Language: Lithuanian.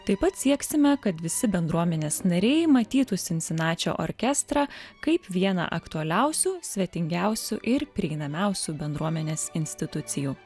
taip pat sieksime kad visi bendruomenės nariai matytų sinsinačio orkestrą kaip vieną aktualiausių svetingiausių ir prieinamiausių bendruomenės institucijų